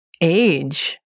age